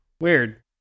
Weird